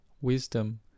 wisdom